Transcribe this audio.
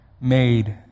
made